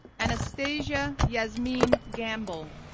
anastasia yasmeen gamble,